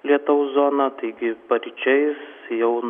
lietaus zona taigi paryčiais jau